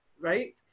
right